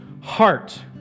heart